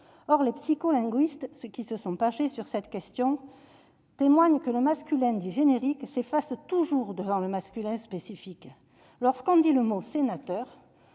Or les psycholinguistes qui se sont penchés sur cette question soulignent que le masculin dit « générique » s'efface toujours devant le masculin « spécifique »- lorsqu'on prononce le mot « sénateur »,